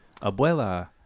Abuela